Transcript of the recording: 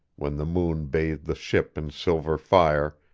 when the moon bathed the ship in silver fire,